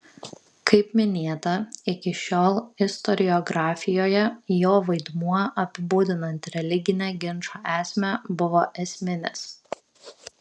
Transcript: kaip minėta iki šiol istoriografijoje jo vaidmuo apibūdinant religinę ginčo esmę buvo esminis